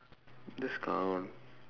just count